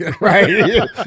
right